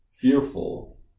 fearful